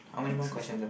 next question